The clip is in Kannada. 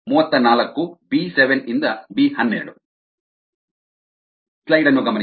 34 ಬಿ 7 ಬಿ 12